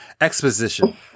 Exposition